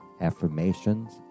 affirmations